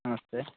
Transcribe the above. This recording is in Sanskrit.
नमस्ते